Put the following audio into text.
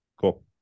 cool